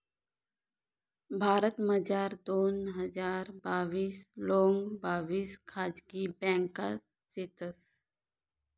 भारतमझार दोन हजार बाविस लोंग बाविस खाजगी ब्यांका शेतंस